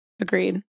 Agreed